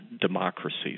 democracies